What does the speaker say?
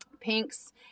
pinks